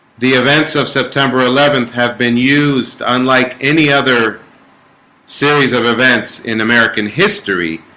the events of september eleventh have been used unlike any other series of events in american history